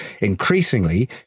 Increasingly